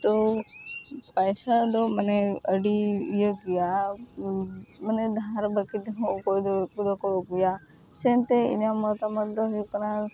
ᱛᱚ ᱯᱟᱭᱥᱟ ᱫᱚ ᱢᱟᱱᱮ ᱟᱹᱰᱤ ᱤᱭᱟᱹ ᱜᱮᱭᱟ ᱢᱟᱱᱮ ᱫᱷᱟᱨ ᱵᱟᱹᱠᱤ ᱛᱮᱦᱚᱸ ᱚᱠᱚᱭ ᱫᱚ ᱩᱛᱩ ᱵᱟᱠᱚ ᱟᱹᱜᱩᱭᱟ ᱥᱮ ᱮᱱᱛᱮᱫ ᱤᱧᱟᱹᱜ ᱢᱚᱛᱟᱢᱚᱫ ᱫᱚ ᱦᱩᱭᱩᱜ ᱠᱟᱱᱟ